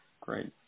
great